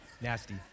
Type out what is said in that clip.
nasty